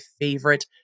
favorite